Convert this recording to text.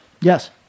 yes